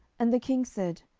and the king said,